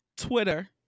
Twitter